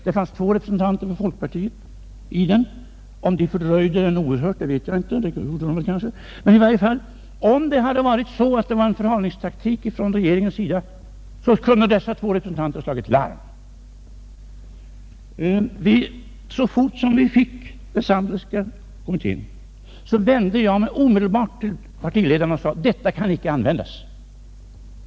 Det fanns två representanter för folkpartiet i den utredningen; om de fördröjde arbetet mycket vet jag inte det, men det gjorde de kanske, och om det hade drivits förhalningstaktik från regeringens sida, så kunde i varje fall dessa två folkpartirepresentanter ha slagit larm. När vi fick betänkandet från den Sandlerska kommittén vände jag mig omedelbart till partiledarna och sade: ”Detta kan inte användas.